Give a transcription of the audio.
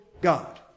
God